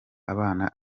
abana